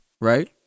right